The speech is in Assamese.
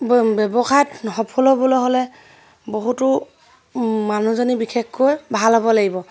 ব্যৱসায় সফল হ'ব হ'বলৈ হ'লে বহুতো মানুহজনী বিশেষকৈ ভাল হ'ব লাগিব